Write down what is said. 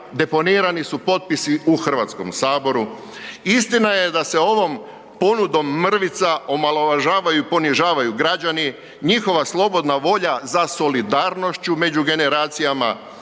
Deponirani su potpisi u Hrvatskome saboru. Istina je da se ovom ponudom mrvica omalovažavaju i ponižavaju građani, njihova slobodna volja za solidarnošću među generacijama.